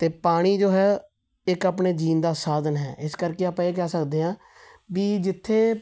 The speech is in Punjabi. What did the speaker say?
ਅਤੇ ਪਾਣੀ ਜੋ ਹੈ ਇੱਕ ਆਪਣੇ ਜੀਣ ਦਾ ਸਾਧਨ ਹੈ ਇਸ ਕਰਕੇ ਆਪਾਂ ਇਹ ਕਹਿ ਸਕਦੇ ਹਾਂ ਵੀ ਜਿੱਥੇ